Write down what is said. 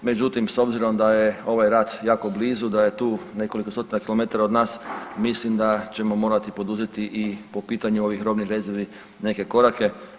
Međutim, s obzirom da je ovaj rat jako blizu, da je tu nekoliko stotina kilometara od nas mislim da ćemo morati poduzeti i po pitanju ovih robnih rezervi neke korake.